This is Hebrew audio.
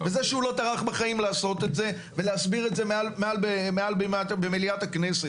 וזה שהוא לא טרח בחיים לעשות את זה ולהסביר את זה במליאת הכנסת.